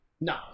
No